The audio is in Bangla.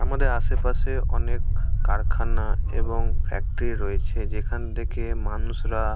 আমাদের আশেপাশে অনেক কারখানা এবং ফ্যাক্টরি রয়েছে যেখান থেকে মানুষরা